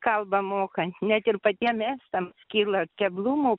kalbą mokant net ir patiem estams kyla keblumų